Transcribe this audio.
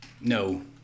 No